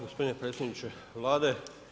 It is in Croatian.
Gospodine predsjedniče Vlade.